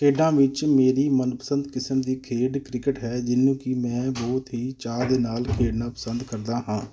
ਖੇਡਾਂ ਵਿੱਚ ਮੇਰੀ ਮਨਪਸੰਦ ਕਿਸਮ ਦੀ ਖੇਡ ਕ੍ਰਿਕਟ ਹੈ ਜਿਹਨੂੰ ਕਿ ਮੈਂ ਬਹੁਤ ਹੀ ਚਾਅ ਦੇ ਨਾਲ ਖੇਡਣਾ ਪਸੰਦ ਕਰਦਾ ਹਾਂ